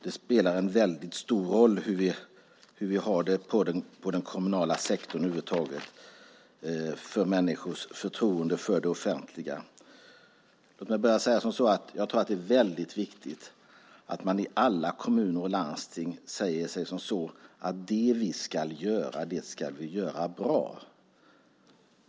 Hur vi har det i den kommunala sektorn över huvud taget spelar en väldigt stor roll för människors förtroende för det offentliga. Låt mig börja med att säga att det är viktigt att man i alla kommuner och landsting säger att det man ska göra ska man göra bra.